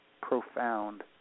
profound